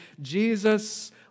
Jesus